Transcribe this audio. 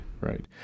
right